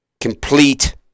complete